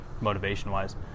motivation-wise